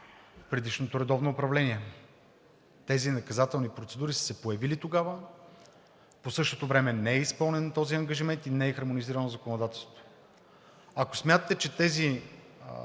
предишното редовно управление. Тези наказателни процедури са се появили тогава, по същото време не е изпълнен този ангажимент и не е хармонизирано законодателството. Ако смятате, че тези